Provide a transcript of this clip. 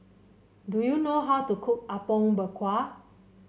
do you know how to cook Apom Berkuah